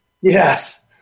Yes